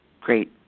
great